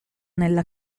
nella